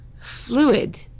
Fluid